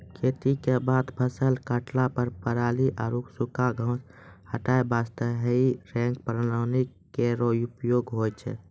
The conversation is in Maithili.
खेती क बाद फसल काटला पर पराली आरु सूखा घास हटाय वास्ते हेई रेक प्रणाली केरो उपयोग होय छै